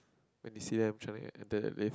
when did C_M trying to attack the wave